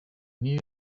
knew